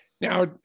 Now